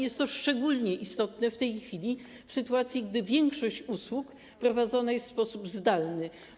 Jest to szczególnie istotne w tej chwili, w sytuacji gdy większość usług prowadzi się w sposób zdalny.